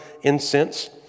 incense